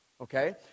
okay